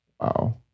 Wow